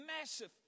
massive